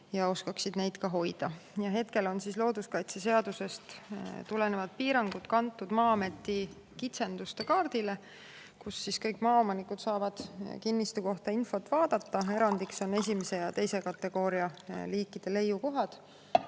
ja oskaksid neid ka hoida. Hetkel on looduskaitseseadusest tulenevad piirangud kantud Maa-ameti kitsenduste kaardile, kust kõik maaomanikud saavad kinnistu kohta infot vaadata. Erandiks on esimese ja teise [kaitse]kategooria liikide leiukohad,